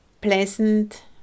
pleasant